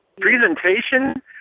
presentation